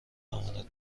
امانت